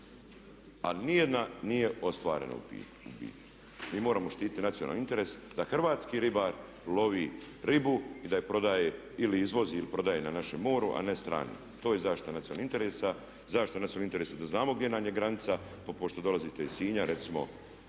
a nijedna nije ostvarena ubiti. Mi moramo štititi nacionalni interes da hrvatski ribar lovi ribu i da je prodaje ili izvozi ili prodaje na našem moru a ne strani, to je zaštita nacionalnog interesa da znamo gdje nam je granica pa pošto dolazite iz Sinja recimo,